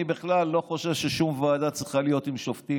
אני בכלל לא חושב שוועדה כלשהי צריכה להיות עם שופטים.